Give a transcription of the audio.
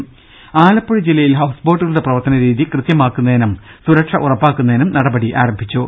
രുക Alappuzha house ഹൌസ് ബോട്ടുകളുടെ പ്രവർത്തന രീതി കൃത്യമാക്കുന്നതിനും സുരക്ഷ ഉറപ്പാക്കുന്നതിനും നടപടി ആരംഭിച്ചു